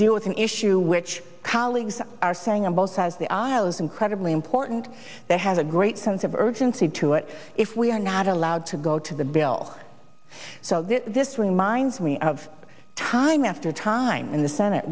deal with an issue which colleagues are saying on both sides the aisle is incredibly important they have a great sense of urgency to it if we are not allowed to go to the bill so that this will minds me of time after time in the senate